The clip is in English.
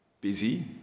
busy